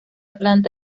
planta